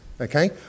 okay